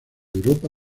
europa